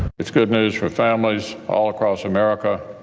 it's good news for families all across america.